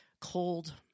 cold